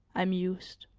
i mused,